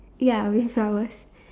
ya with flowers